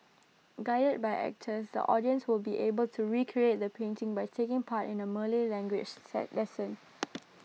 guided by actors the audience will be able to recreate the painting by taking part in A Malay languages lesson